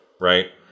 right